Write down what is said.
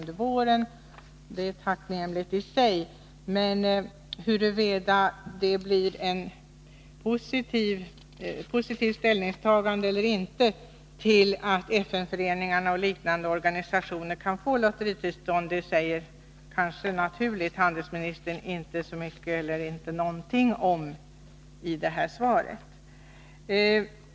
Det är i sig tacknämligt, men huruvida det blir ett positivt ställningstagande eller inte till att FN-föreningarna och liknande organisationer kan få lotteritillstånd säger handelsministern — kanske helt naturligt — inte någonting om i sitt svar.